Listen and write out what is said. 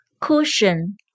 cushion